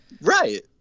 right